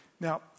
Now